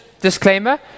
disclaimer